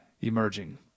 emerging